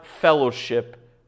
fellowship